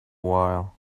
while